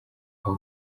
aho